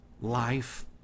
life